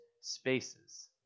spaces